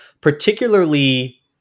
particularly